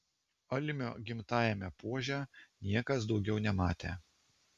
almio gimtajame puože niekas daugiau nematė